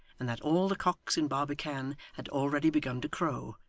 and that all the cocks in barbican had already begun to crow,